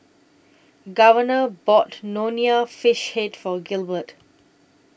Governor bought Nonya Fish Head For Gilbert